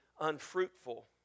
unfruitful